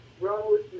Rose